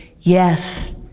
yes